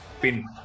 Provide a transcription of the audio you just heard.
pin